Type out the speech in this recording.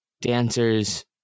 dancers